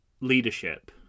leadership